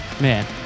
Man